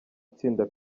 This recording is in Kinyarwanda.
itsinda